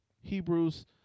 Hebrews